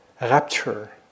rapture